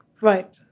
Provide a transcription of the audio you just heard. Right